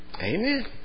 Amen